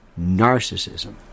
narcissism